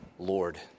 Lord